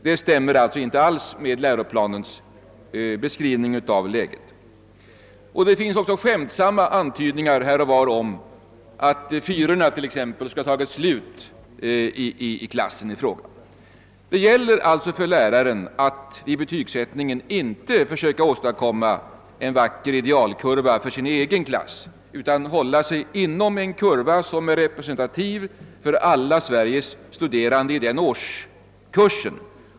Det stämmer inte alls med läroplanens beskrivning av läget. Det görs också skämtsamma antydningar här och var om att t.ex. fyrorna skulle ha tagit slut i en klass. Det gäller alltså för läraren att vid betygsättningen inte försöka åstadkomma en vacker idealkurva för sin egen klass utan hålla sig inom en kurva som är representativ för alla Sveriges studerande i vederbörande årskurs.